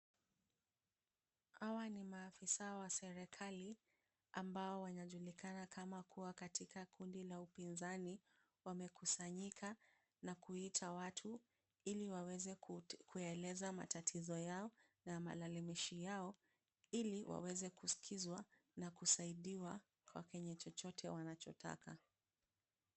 Hawa ni maafisa wa serikali ambao wanajulikana kama kuwa katika kundi la upinzani. Wamekusanyika na kuita watu ili waweze kuyaeleza matatizo yao na malalamishi yao, ili waweze kusikizwa na kusaidiwa kwa kenye chochote wanachotaka.